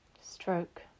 Stroke